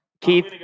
Keith